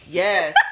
yes